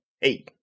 hey